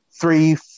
three